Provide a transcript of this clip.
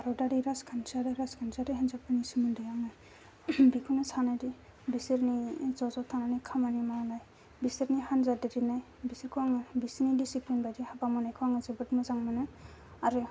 भारतारि राजखान्थि आरो राजखान्थियारि हानजाफोरनि सोमोन्दै आङो बेखौनो सानो दि बिसोरनि ज' ज' थानानै खामानि मावनाय बिसोरनि हानजा दैदेननाय बिसोरखौ आङो बिसोरनि दिसिप्लिन बायदि हाबा मावनायखौ आङो जोबोद मोजां मोनो आरो